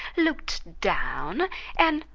looked down and,